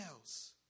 else